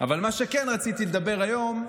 מה שכן, היום,